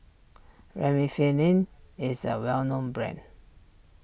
Remifemin is a well known brand